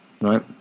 Right